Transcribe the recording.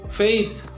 faith